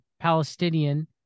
Palestinian